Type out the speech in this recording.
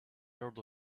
heard